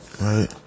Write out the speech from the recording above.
Right